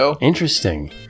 Interesting